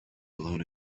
blown